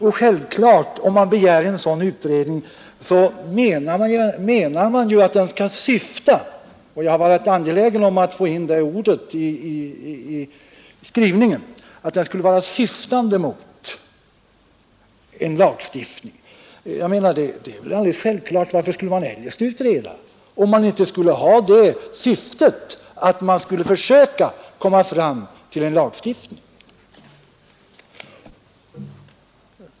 Och om man begär en sådan utredning är det väl självklart att man menar att den skall vara syftande — jag har varit angelägen om att få in det i ordet i skrivningen — mot en lagstiftning. Det är väl alldeles självklart. Varför skulle man utreda, om man inte har som syfte att försöka komma fram till en lagstiftning?